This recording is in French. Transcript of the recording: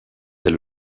est